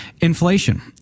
Inflation